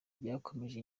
byakomereje